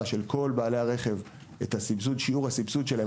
של כל בעלי הרכב את שיעור הסבסוד שלהם,